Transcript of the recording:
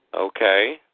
Okay